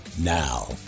Now